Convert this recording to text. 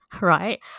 right